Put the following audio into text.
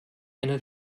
eine